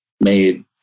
made